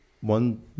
One